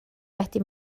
wedi